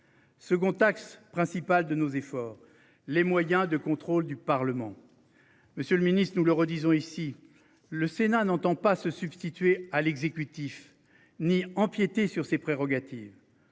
Second axe principal de nos efforts. Les moyens de contrôle du Parlement. Monsieur le Ministre, nous le redisons ici. Le Sénat n'entend pas se substituer à l'exécutif ni empiéter sur ses prérogatives.